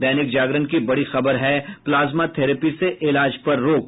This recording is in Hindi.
दैनिक जागरण की बड़ी खबर है प्लाज्मा थेरेपी से इलाज पर रोक